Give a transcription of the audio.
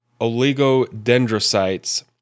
oligodendrocytes